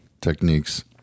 techniques